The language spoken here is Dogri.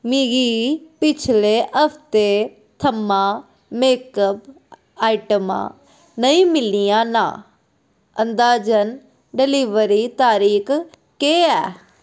मिगी पिछले हफ्ते थमां मेकअप आइटमां नेईं मिलियां न अंदाजन डलीवरी तरीक केह् ऐ